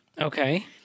Okay